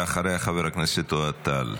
ואחריה, חבר הכנסת אוהד טל.